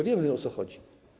Wiemy, o co chodzi.